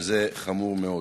שזה חמור מאוד.